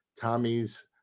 Tommy's